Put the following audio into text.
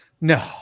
No